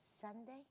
Sunday